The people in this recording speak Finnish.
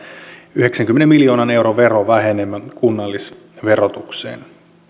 yhdeksänkymmenen miljoonan euron verovähenemä kunnallisverotukseen